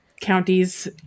counties